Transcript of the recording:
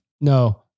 no